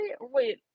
Wait